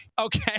Okay